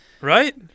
Right